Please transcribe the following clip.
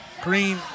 Green